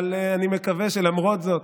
אבל אני מקווה שלמרות זאת